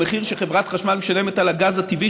המחיר שחברת החשמל משלמת על הגז הטבעי